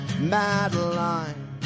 Madeline